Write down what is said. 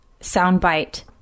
soundbite